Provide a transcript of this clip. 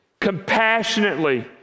compassionately